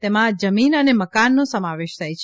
તેમાં જમીન અને મકાનનો સમાવેશ થાય છે